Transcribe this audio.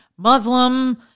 Muslim